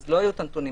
אז לא יהיו הנתונים.